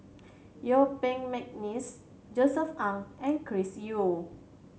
Yuen Peng McNeice Josef Ng and Chris Yeo